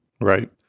Right